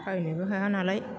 बायनोबो हाया नालाय